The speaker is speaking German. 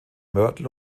mörtel